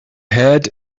had